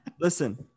listen